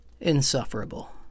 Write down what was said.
insufferable